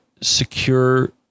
secure